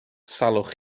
salwch